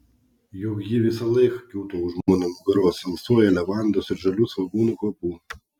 juk ji visąlaik kiūto už mano nugaros alsuoja levandos ir žalių svogūnų kvapu